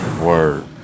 word